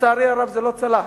לצערי הרב זה לא צלח,